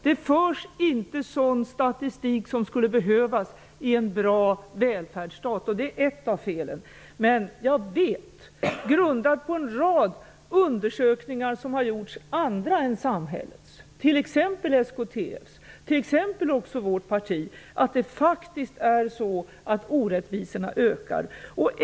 Det förs inte sådan statistik som skulle behövas i en bra välfärdsstat. Det är ett av felen. Jag vet, grundat på en rad undersökningar som har gjorts -- andra än samhällets -- av bl.a. SKTF och vårt parti, att det faktiskt är så att orättvisorna ökar.